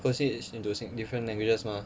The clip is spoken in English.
code switch into s~ different languages mah